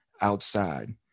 outside